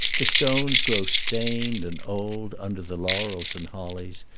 the stones grow stained and old under the laurels and hollies,